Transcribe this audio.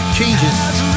changes